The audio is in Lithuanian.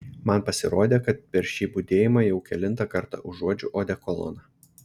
man pasirodė kad per šį budėjimą jau kelintą kartą užuodžiu odekoloną